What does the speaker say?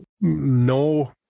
no